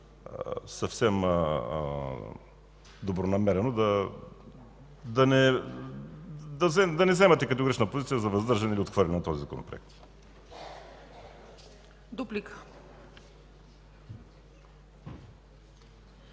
съвсем добронамерено да не вземате категорична позиция за въздържане или отхвърляне на този законопроект.